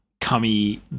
cummy